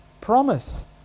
promise